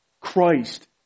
Christ